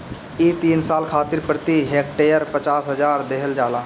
इ तीन साल खातिर प्रति हेक्टेयर पचास हजार देहल जाला